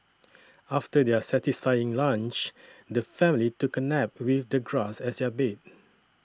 after their satisfying lunch the family took a nap with the grass as their bed